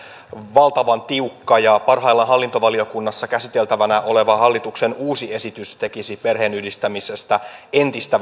valtavan tiukka ja parhaillaan hallintovaliokunnassa käsiteltävänä oleva hallituksen uusi esitys tekisi perheenyhdistämisestä entistä